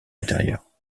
intérieure